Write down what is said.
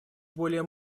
более